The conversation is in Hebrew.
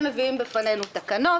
אתם מביאים בפנינו תקנות.